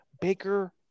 Baker